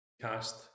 cast